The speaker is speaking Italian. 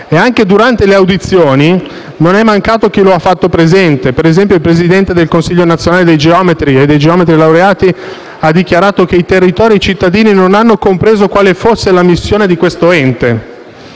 e anche durante le audizioni non è mancato chi lo ha fatto presente. Per esempio, il presidente del Consiglio nazionale dei geometri e dei geometri laureati ha dichiarato che i territori e i cittadini non hanno compreso quale fosse la missione di questo ente.